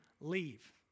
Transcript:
leave